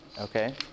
okay